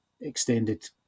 extended